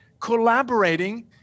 collaborating